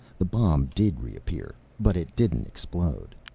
the bomb did reappear. but it didn't explode.